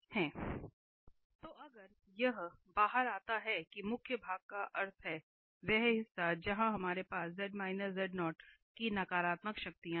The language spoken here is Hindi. और अगर यह बाहर आता है कि मुख्य भाग का अर्थ है वह हिस्सा जहां हमारे पास की नकारात्मक शक्तियां हैं